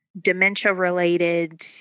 dementia-related